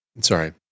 sorry